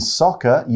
soccer